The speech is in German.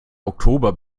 oktober